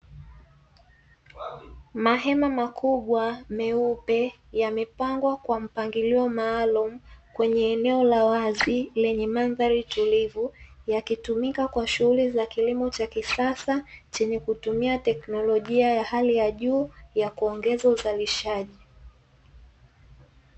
Mahema makubwa meupe yamepangwa kwa mpangilio maalumu, kwenye eneo la wazi lenye mandhari tulivu, yakitumika kwa shughuli za kilimo cha kisasa, chenye kutumia teknolojia ya hali ya juu ya kuongeza uzalishaji.